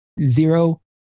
Zero